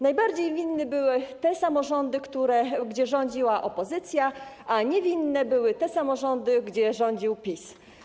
Najbardziej winne były te samorządy, gdzie rządziła opozycja, a niewinne były te samorządy, gdzie rządził PiS.